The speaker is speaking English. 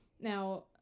Now